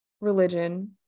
religion